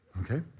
Okay